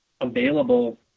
available